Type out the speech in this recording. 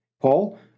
Paul